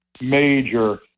major